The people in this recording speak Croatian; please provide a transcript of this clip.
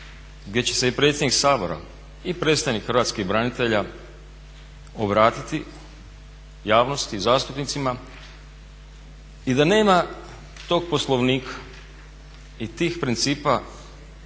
gdje će se i predsjednik Sabora i predstavnik hrvatskih branitelja obratiti javnosti i zastupnicima i da nema tog poslovnika i tih principa